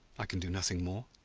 i can do nothing more?